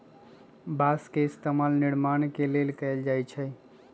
बास के इस्तेमाल निर्माण के लेल कएल जाई छई